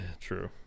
True